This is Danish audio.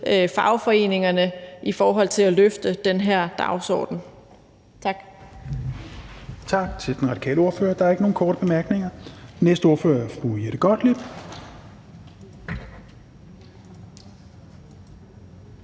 fagforeningerne i forhold til at løfte den her dagsorden. Tak.